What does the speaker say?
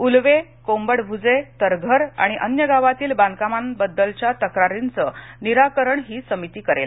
उलवे कोंबडभुजे तरघर आणि अन्य गावांतील बांधकांमांबद्दलच्या तक्रारींचे निराकरण ही समिती करेल